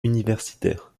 universitaires